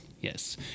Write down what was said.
Yes